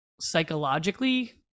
psychologically